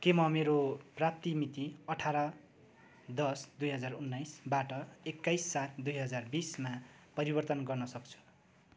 के म मेरो प्राप्ति मिति अठार दस दुई हजार उन्नाइसबाट एक्काइस सात दुई हजार बिसमा परिवर्तन गर्न सक्छु